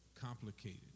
complicated